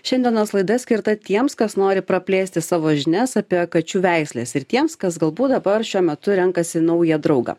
šiandienos laida skirta tiems kas nori praplėsti savo žinias apie kačių veisles ir tiems kas galbūt dabar šiuo metu renkasi naują draugą